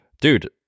dude